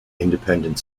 independent